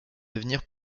devenir